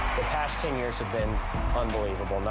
past ten years have been unbelievable.